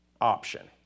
option